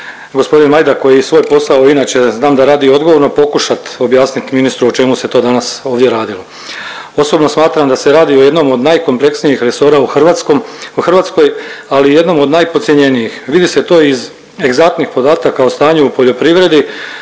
g. Majdak koji svoj posao inače znam da radi odgovorno, pokušat objasnit ministru o čemu se to danas ovdje radilo. Osobno smatram da se radi o jednom od najkompleksnijih resora u Hrvatskoj, ali i jednom od najpodcjenjenijih. Vidi se to iz egzaktnih podataka o stanju u poljoprivredi